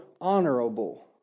honorable